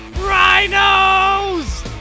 Rhinos